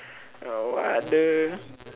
uh what the